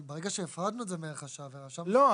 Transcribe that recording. אבל ברגע שהפרדנו את זה מערך השעה ורשמנו --- לא,